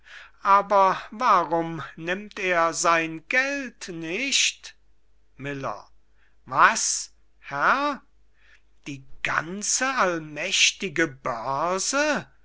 nach aber warum nimmt er sein geld nicht miller was herr die ganze allmächtige börse